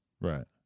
Right